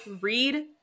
read